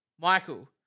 Michael